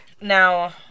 now